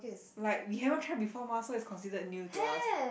like we haven't try before mah so it's considered new to us